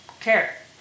care